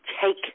Take